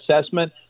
assessment